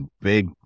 big